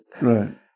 Right